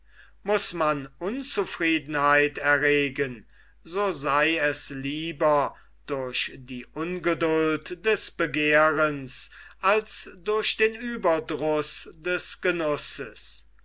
muß man unzufriedenheit erregen so sei es lieber durch die ungeduld des begehrens als durch den ueberdruß des genusses